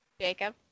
Jacob